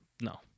No